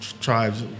tribes